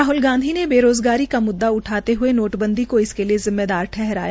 उन्होंने बेरोज़गारी का म्द्दा उठाते हये नोटबंदी को इसके लिये जिम्मेदार ठहराया